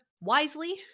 wisely